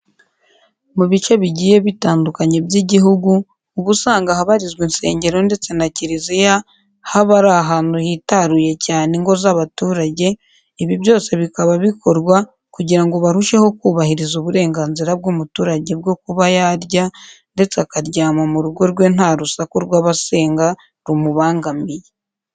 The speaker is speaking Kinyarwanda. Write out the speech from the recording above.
Mu bice bigiye bitandukanye by'igihugu uba usanga ahabarizwa insengero ndetse na kiliziya haba ari ahantu hitaruye cyane ingo z'abaturage, ibi byose bikaba bikorwa kugira ngo barusheho kubahiriza uburenganzira bw'umuturage bwo kuba yarya ndetse akaryama mu rugo rwe nta rusaku rw'abasenga rumubangamiye.